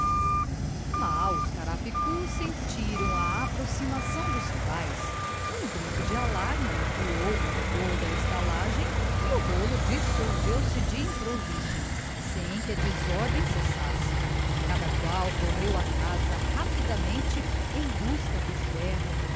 os carapicus sentiram a aproximação dos rivais um grito de alarma ecoou por toda a estalagem e o rolo dissolveu-se de improviso sem que a desordem cessasse cada qual correu à casa rapidamente em busca do ferro